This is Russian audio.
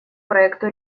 проекту